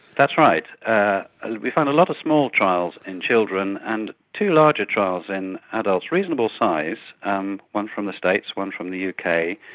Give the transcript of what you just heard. that's right. ah ah we found a lot of small trials in children and two larger trials in adults, reasonable size, and one from the states, one from the uk.